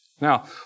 Now